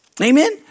Amen